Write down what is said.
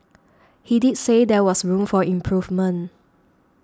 he did say there was room for improvement